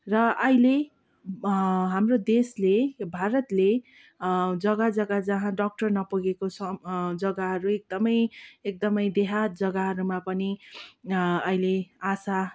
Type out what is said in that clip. र अहिले हाम्रो देशले भारतले जग्गा जग्गा जहाँ डाक्टर नपुगेको छ जग्गाहरू एकदमै एकदमै देहात जग्गाहरूमा पनि अहिले आशा